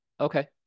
Okay